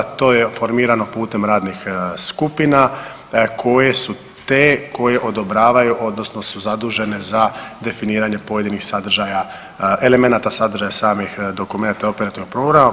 To je formirano putem radnih skupina koje su te koje odobravaju odnosno su zadužene za definiranje pojedinih sadržaja, elemenata sadržaja samih dokumenata operativnog programa.